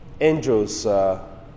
Angel's